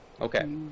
okay